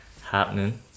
happening